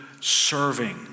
serving